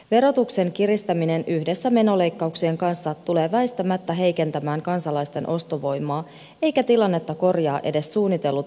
verotuksen kiristäminen yhdessä menoleikkauksien kanssa tulee väistämättä heikentämään kansalaisten ostovoimaa eivätkä tilannetta korjaa edes suunnitellut verovähennykset